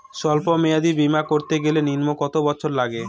সল্প মেয়াদী বীমা করতে গেলে নিম্ন কত বছর লাগে?